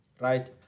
right